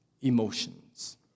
emotions